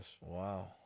Wow